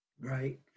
Right